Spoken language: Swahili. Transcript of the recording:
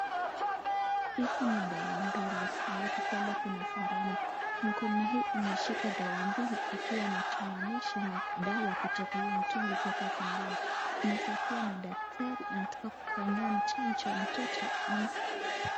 Hizi ni dawa mbili halafu pale kuna sindano mkono hii imeshika dawa mbili akiwa anatoanisha dawa kutoka hiyo mtungi kuweka sindano inaeza kuwa ni daktari anataka kufanya chanjo mtoto.